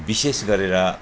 विशेष गरेर